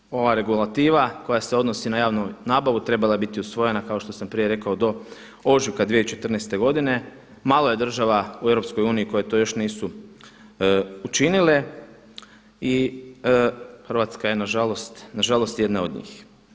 Dakle, ova regulativa koja se odnosi na javnu nabavu treba je biti usvojena, kao što sam prije rekao, do ožujka 2014. godine, malo je država u EU koje to još nisu učinile i Hrvatska je nažalost jedna od njih.